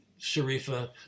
Sharifa